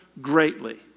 greatly